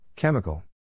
Chemical